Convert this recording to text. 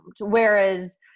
Whereas